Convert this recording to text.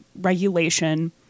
regulation